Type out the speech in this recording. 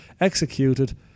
executed